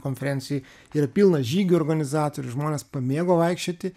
konferencijoj yra pilna žygių organizatorių žmonės pamėgo vaikščioti